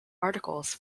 articles